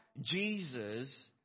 Jesus